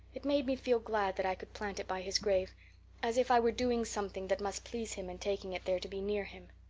it made me feel glad that i could plant it by his grave as if i were doing something that must please him in taking it there to be near him.